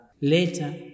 Later